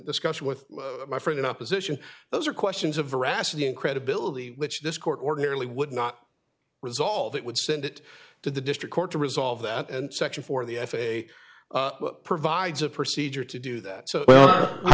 discussion with my friend in opposition those are questions of veracity and credibility which this court ordinarily would not resolve it would send it to the district court to resolve that and section for the f a a provides a procedure to do that so i